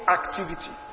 activity